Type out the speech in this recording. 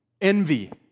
envy